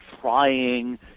trying